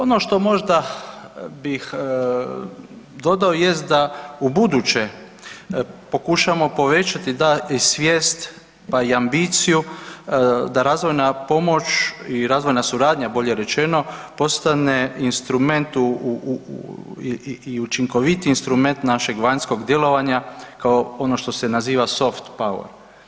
Ono što možda bih dodao jest da u buduće pokušamo povećati svijest, pa i ambiciju da razvojna pomoć i razvojna suradnja bolje rečeno postane instrument i učinkovitiji instrument našeg vanjskog djelovanja kao ono što se naziva soft power.